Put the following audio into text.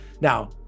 Now